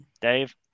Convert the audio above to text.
Dave